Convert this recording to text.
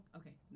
okay